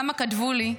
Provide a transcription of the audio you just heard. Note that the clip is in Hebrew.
כמה כתבו לי: